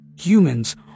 Humans